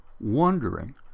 wondering